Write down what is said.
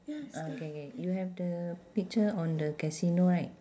ah K K you have the picture on the casino right